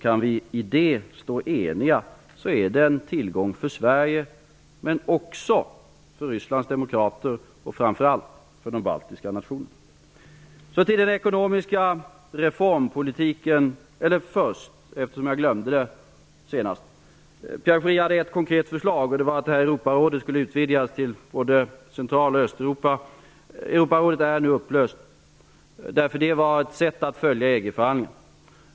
Kan vi stå eniga i det fallet är det en tillgång för Sverige men också för Rysslands demokrater och framför allt för de baltiska nationerna. Pierre Schori hade ett konkret förslag, nämligen att Central och Östeuropa. Europarådet är nu upplöst. Det var ett sätt att följa EG förhandlingarna.